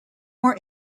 more